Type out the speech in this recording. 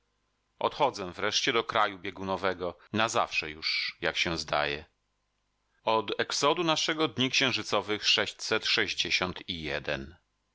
odchodzę wreszcie do kraju biegunowego na zawsze już jak się zdaje od exodu naszego dni księżycowych sześćset sześćdziesiąt i jeden